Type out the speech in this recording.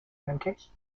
pancakes